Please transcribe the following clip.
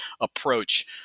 approach